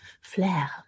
flair